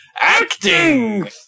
Acting